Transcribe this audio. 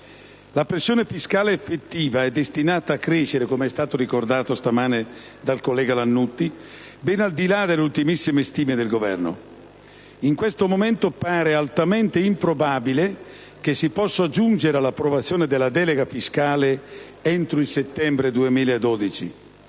La pressione fiscale effettiva è destinata a crescere -come è stato ricordato stamane dal collega Lannutti - ben al di là delle ultimissime stime del Governo. In questo momento pare altamente improbabile che si possa giungere all'approvazione della delega fiscale entro il settembre 2012: